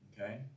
okay